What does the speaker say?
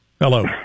Hello